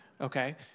Okay